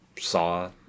saw